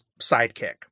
sidekick